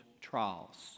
trials